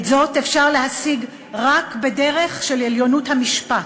את זאת אפשר להשיג רק בדרך של 'עליונות המשפט'